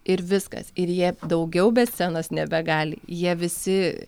ir viskas ir jie daugiau be scenos nebegali jie visi